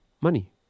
money